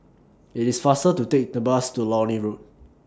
IT IS faster to Take The Bus to Lornie Road